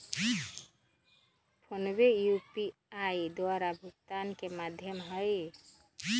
PhonePe UPI द्वारा भुगतान के माध्यम हइ